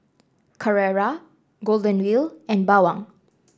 Carrera Golden Wheel and Bawang